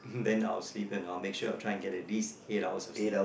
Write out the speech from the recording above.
then I will sleep and I will make sure I will try and get at least eight hours of sleep